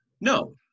No